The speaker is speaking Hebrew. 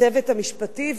הצוות המשפטי,